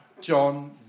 John